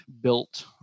built